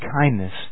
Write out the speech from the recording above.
kindness